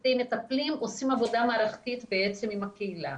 צוותי מטפלים ועושים עבודה מערכתית עם הקהילה.